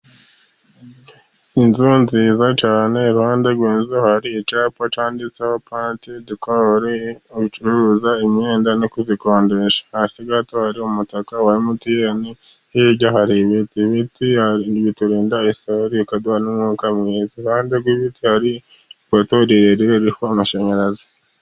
Inzu nziza cyane, iruhande rw'inzu hari icyapa cyanditseho pante dikorori, aho ducuruza imyenda no kuzikodesha. Hasi gato hari umutaka wa MTN, hirya hari ibiti. Ibiti biturinda isuri, bikaduha n'umwuka mwiza iruhande rw'ibiti hari ipoto rirerire riho amashanyarazi.